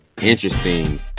interesting